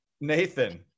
Nathan